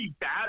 bad